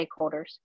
stakeholders